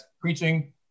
preaching